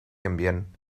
ambient